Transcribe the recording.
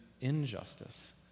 injustice